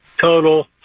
total